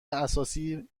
اساسی